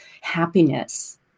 happiness